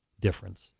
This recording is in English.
difference